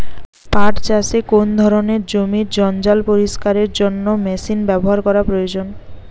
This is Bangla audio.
পাট চাষে কোন ধরনের জমির জঞ্জাল পরিষ্কারের জন্য মেশিন ব্যবহার করা প্রয়োজন?